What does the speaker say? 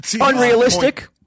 Unrealistic